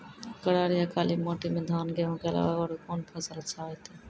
करार या काली माटी म धान, गेहूँ के अलावा औरो कोन फसल अचछा होतै?